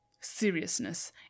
seriousness